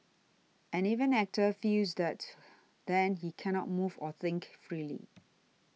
and if an actor feels that then he cannot move or think freely